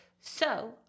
So-